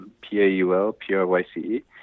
P-A-U-L-P-R-Y-C-E